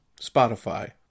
Spotify